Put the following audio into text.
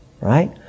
right